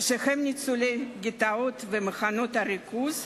שהם ניצולי גטאות ומחנות הריכוז,